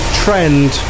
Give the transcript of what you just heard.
trend